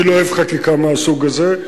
אני לא אוהב חקיקה מהסוג הזה,